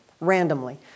randomly